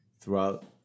throughout